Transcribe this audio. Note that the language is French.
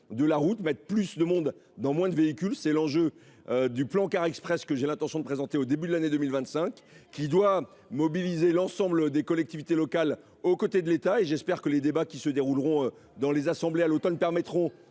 de la route, en mettant plus de personnes dans moins de véhicules. C’est tout l’enjeu du plan Cars express, que j’ai l’intention de présenter au début de l’année 2025 et qui doit mobiliser l’ensemble des collectivités locales aux côtés de l’État. J’espère que les débats qui se dérouleront dans les assemblées à l’automne déboucheront